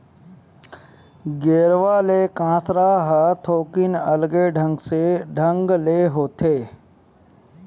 गेरवा ले कांसरा ह थोकिन अलगे ढंग ले होथे